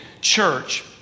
church